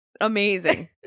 amazing